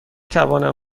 توانم